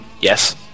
yes